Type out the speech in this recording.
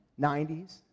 90s